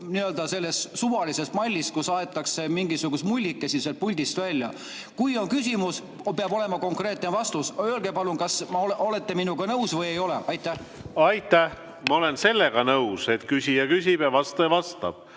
nii-öelda suvalisest mallist, kus aetakse mingisuguseid mullikesi sealt puldist. Kui on küsimus, peab olema konkreetne vastus. Öelge palun, kas te olete minuga nõus või ei ole. Aitäh! Ma olen sellega nõus, et küsija küsib ja vastaja vastab.